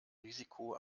risiko